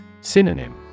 Synonym